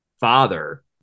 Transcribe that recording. father